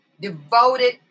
devoted